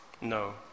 No